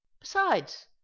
Besides